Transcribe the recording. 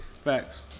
Facts